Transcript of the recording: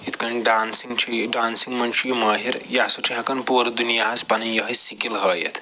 یِتھ کٔنۍ ڈانسِنٛگ چھِ یہِ ڈانسِنٛگ منٛز چھُ یہِ مٲہِر یہِ ہسا چھُ ہٮ۪کان پوٗرٕ دُنیاہس پنٕنۍ یِہوٚے سِکِل ہٲیِتھ